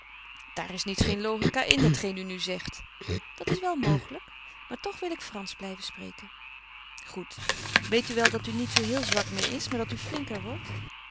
daar is niets geen logica in hetgeen u nu zegt dat is wel mogelijk maar toch wil ik fransch blijven spreken goed weet u wel dat u niet zoo heel zwak meer is maar dat u flinker wordt